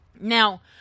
Now